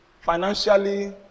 financially